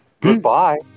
Goodbye